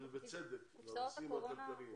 ובצדק, לנושאים הכלכליים.